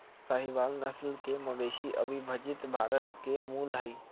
साहीवाल नस्ल के मवेशी अविभजित भारत के मूल हई